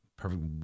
Perfect